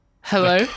Hello